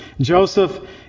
Joseph